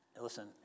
Listen